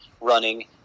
running